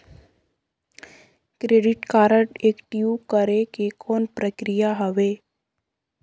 Credit card active करे के कौन प्रक्रिया हवे?